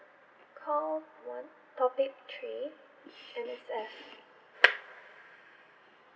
call one topic three M_S_F